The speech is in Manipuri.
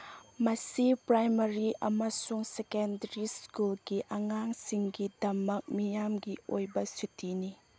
ꯃꯁꯤ ꯄ꯭ꯔꯥꯏꯃꯥꯔꯤ ꯑꯃꯁꯨꯡ ꯁꯦꯀꯦꯟꯗꯔꯤ ꯁ꯭ꯀꯨꯜꯒꯤ ꯑꯉꯥꯡꯁꯤꯡꯒꯤꯗꯃꯛ ꯃꯤꯌꯥꯝꯒꯤ ꯑꯣꯏꯕ ꯁꯨꯇꯤꯅꯤ